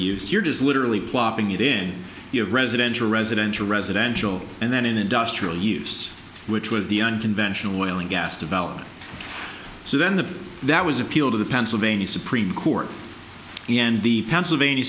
does literally plopping it in you have residential residential residential and then industrial use which was the unconventional oil and gas development so then the that was appealed to the pennsylvania supreme court the end the pennsylvania